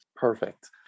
perfect